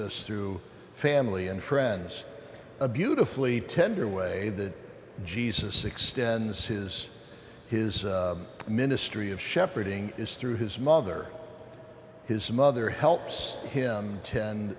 strew family and friends a beautifully tender way that jesus extends his his ministry of shepherding is through his mother his mother helps him ten